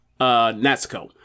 Natsuko